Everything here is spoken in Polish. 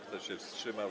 Kto się wstrzymał?